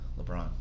LeBron